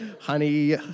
Honey